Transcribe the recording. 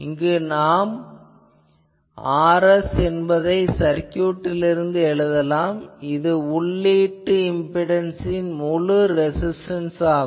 இப்போது நாம் Rs என்னவென்பதை சர்க்குயூட்டிலிருந்து எழுதலாம் இது உள்ளீட்டு இம்பிடன்ஸின் முழு ரெசிஸ்டன்ஸ் மட்டும்